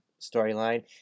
storyline